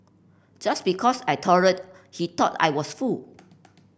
just because I tolerated he thought I was fool